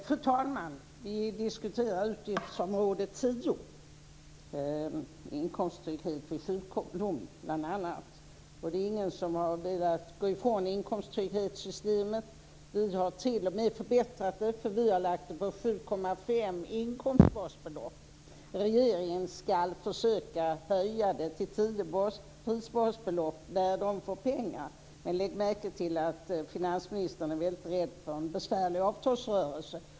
Fru talman! Vi diskuterar utgiftsområde 10 om inkomsttrygghet vid sjukdom bl.a. Det är ingen som har velat gå ifrån inkomsttrygghetssystemet. Vi har t.o.m. förbättrat det, för vi har lagt det på 7,5 inkomstbasbelopp. Regeringen ska försöka att göra en höjning till 10 prisbasbelopp när man får pengar. Men lägg märke till att finansministern är väldigt rädd för en besvärlig avtalsrörelse.